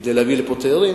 כדי להביא לפה תיירים,